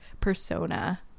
persona